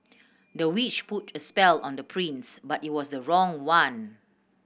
the witch put a spell on the prince but it was the wrong one